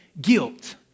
guilt